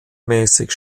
mäßig